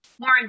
more